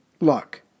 luck